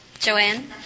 Joanne